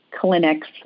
clinics